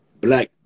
black